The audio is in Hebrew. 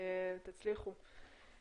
תצליחו.